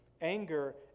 Anger